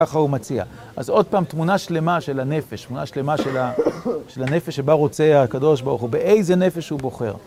ככה הוא מציע. אז עוד פעם תמונה שלמה של הנפש, תמונה שלמה של הנפש שבה רוצה הקדוש ברוך הוא באיזה נפש הוא בוחר.